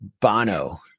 bono